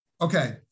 Okay